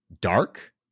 Dark